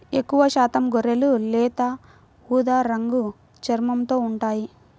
ఎక్కువశాతం గొర్రెలు లేత ఊదా రంగు చర్మంతో ఉంటాయి